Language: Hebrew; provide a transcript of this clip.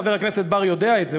חבר הכנסת בר יודע את זה,